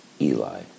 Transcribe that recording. Eli